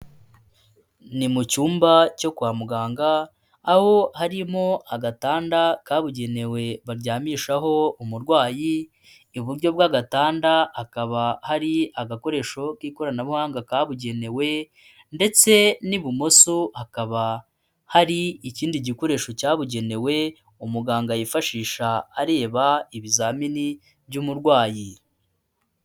Ni mu cyumba cyo kwa muganga aho harimo agatanda kabugenewe baryamishaho umurwayi, iburyo bw'agatanda hakaba hari agakoresho k'ikoranabuhanga kabugenewe ndetse n'ibumoso hakaba hari ikindi gikoresho cyabugenewe umuganga yifashisha areba ibizamini by'umurwayi.